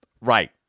right